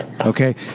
Okay